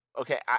okay